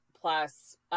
plus